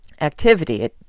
activity